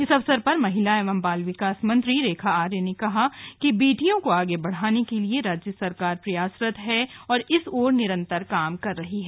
इस अवसर पर महिला एवं बाल विकास मंत्री रेखा आर्य ने कहा कि बेटियों को आगे बढ़ाने के लिए राज्य सरकार प्रयासरत है और इस ओर निरंतर काम कर रही है